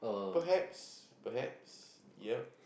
perhaps perhaps yep